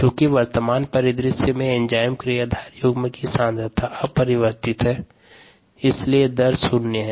चूँकि वर्तमान परिदृश्य में एंजाइम क्रियाधार युग्म की सांद्रता अपरिवर्तित है इसलिए दर शून्य है